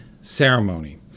ceremony